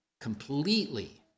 completely